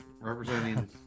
Representing